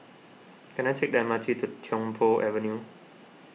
can I take the M R T to Tiong Poh Avenue